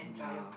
yeah